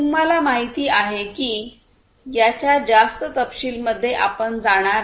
तुम्हाला माहित आहे की याच्या जास्त तपशील मध्ये आपण जाणार नाही